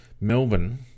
Melbourne